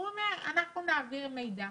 הוא אומר: אנחנו נעביר מידע.